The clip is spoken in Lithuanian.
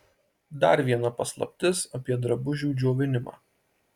dar viena paslaptis apie drabužių džiovinimą